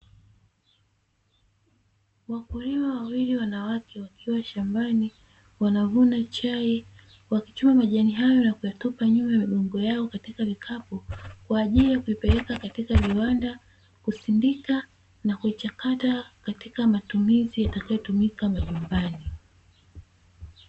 Wakulima wawili wanawake wakiwa shambani wanavuna chai wakiwa majani yao katika vikapu, kwa ajili ya kuipeleka katika viwanda kusindika na kuichakata katika matumizi atakayotumika mbalimbali.